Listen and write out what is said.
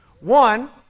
One